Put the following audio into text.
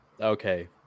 Okay